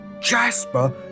Jasper